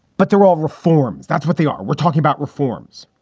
but they're all reforms. that's what they are. we're talking about reforms.